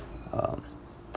um